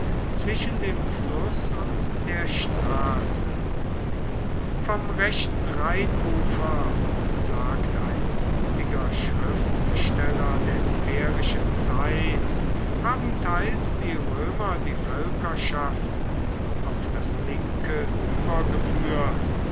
zwischen dem fluß und der straße vom rechten rheinufer sagt ein kundiger schriftsteller der tiberischen zeit haben teils die römer die völkerschaften auf das linke übergeführt